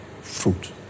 fruit